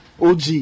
OG